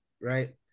right